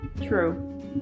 True